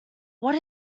what